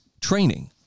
training